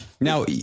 Now